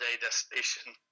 destination